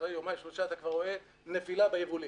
אחרי יומיים-שלושה אתה כבר רואה נבילה ביבולים.